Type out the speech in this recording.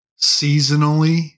seasonally